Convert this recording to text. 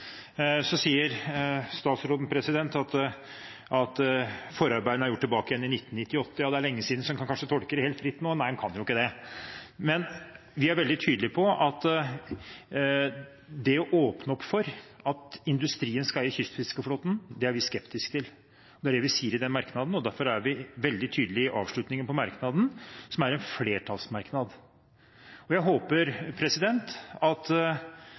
Så sier statsråden at forarbeidene er gjort tilbake i 1998. Ja, det er lenge siden, så en kan kanskje tolke det helt fritt nå? Nei, en kan ikke det. Men vi er veldig tydelig på at det å åpne for at industrien skal eie kystfiskeflåten, er vi skeptisk til. Det er det vi sier i den merknaden, og derfor er vi veldig tydelige i avslutningen av merknaden, som er en flertallsmerknad. Jeg håper at